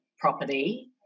property